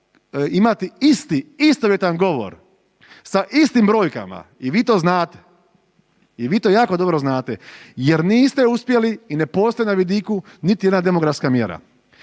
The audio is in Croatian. imati isti, istovjetan govor, sa istim brojkama i vi to znate i vi to jako dobro znate jer niste uspjeli i ne postoji na vidiku niti jedna demografska mjera.